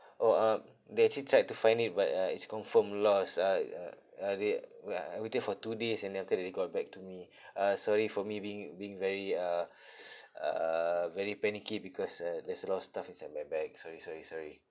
orh um they actually tried to find it but uh it's confirmed lost uh uh uh they where I waited for two days and then after that they got back to me uh sorry for me being being very uh uh very panicky because uh there's a lot of stuff inside my bag sorry sorry sorry